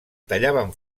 tallaven